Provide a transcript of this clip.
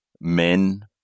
men